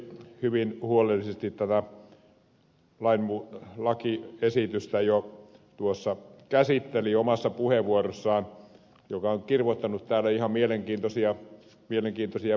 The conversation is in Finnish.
ministeri tölli hyvin huolellisesti tätä lakiesitystä jo käsitteli tuossa omassa puheenvuorossaan joka on kirvoittanut täällä ihan mielenkiintoisia puheenvuoroja